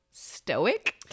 stoic